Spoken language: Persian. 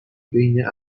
بین